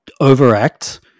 overact